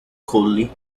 coldly